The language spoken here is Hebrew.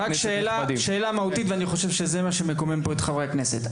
רק שאלה מהותית ואני חושב שזה מה שמקומם פה את חברי הכנסת,